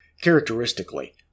Characteristically